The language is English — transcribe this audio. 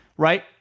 Right